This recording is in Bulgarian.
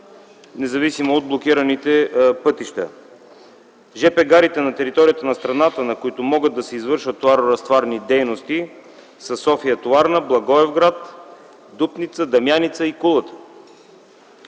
независимо от блокираните пътища. Железопътните гари на територията на страната, на които могат да се извършват товаро разтоварни дейности, са София товарна, Благоевград, Дупница, Дамяница и Кулата.